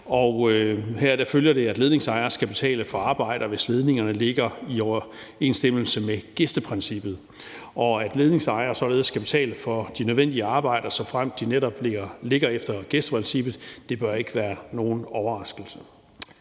heraf følger det, at ledningsejere skal betale for arbejder, hvis ledningerne ligger i overensstemmelse med gæsteprincippet. Og at ledningsejere og således skal betale for de nødvendige arbejder, såfremt de netop ligger efter gæsteprincippet, bør ikke være nogen overraskelse.